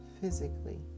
physically